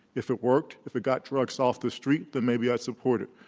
if it worked, if it got drugs off the street, then maybe i'd support it.